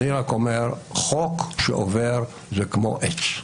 אני רק אומר שחוק שעובר זה כמו עץ.